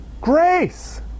grace